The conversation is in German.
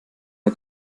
der